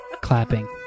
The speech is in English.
Clapping